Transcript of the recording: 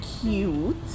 cute